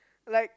like